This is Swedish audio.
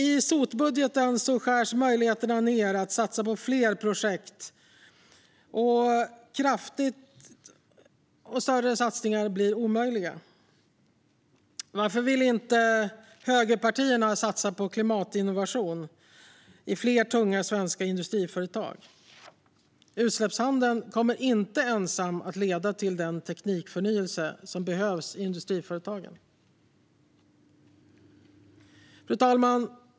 I sotbudgeten skärs dock möjligheterna att satsa på fler projekt ned kraftigt, och större satsningar blir omöjliga. Varför vill inte högerpartierna satsa på klimatinnovation i fler tunga svenska industriföretag? Utsläppshandeln kommer inte ensam att leda till den teknikförnyelse som behövs i industriföretagen. Fru talman!